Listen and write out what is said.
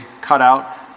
cutout